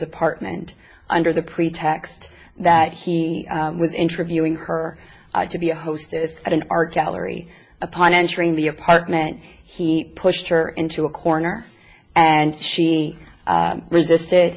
apartment under the pretext that he was interviewing her to be a hostess at an art gallery upon entering the apartment he pushed her into a corner and she resisted